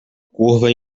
curva